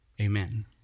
Amen